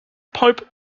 pope